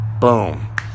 boom